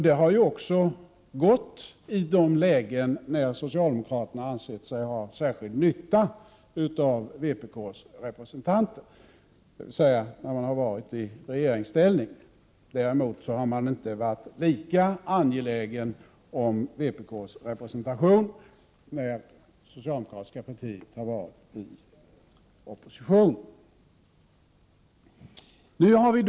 Det har också gått i de lägen då socialdemokraterna ansett sig ha särskild nytta av vpk:s representanter, dvs. när socialdemokraterna har varit i regeringsställning. Däremot har man inte varit lika angelägen om vpk:s representation när det socialdemokratiska partiet har varit i opposition.